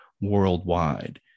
worldwide